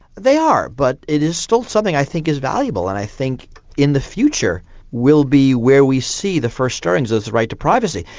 they are, but it is still something i think is valuable and i think in the future will be where we see the first stirrings of the right to privacy.